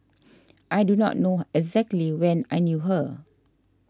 I do not know exactly when I knew her